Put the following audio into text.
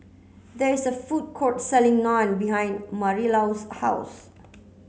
there is a food court selling Naan behind Marilou's house